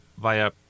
via